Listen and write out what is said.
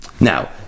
Now